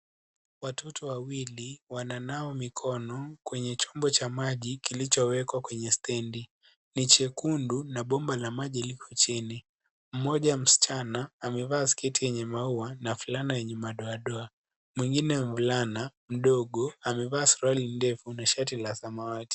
Watoto wawili, wananawa mikono kwenye chumba cha maji kilichowekwa kwenye stendi. Ni chekundu na boma la maji liko chini. Mmoja msichana, amevaa sketi yenye maua na fulana yenye madoa doa, mwingine mvulana mdogo amevaa suruali ndefu na shati la samawati.